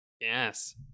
Yes